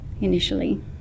initially